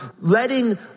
letting